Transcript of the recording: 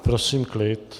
Prosím o klid!